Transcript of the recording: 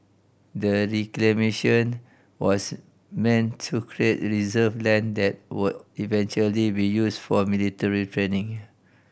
the reclamation was meant to create reserve land that would eventually be used for military training